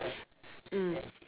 mm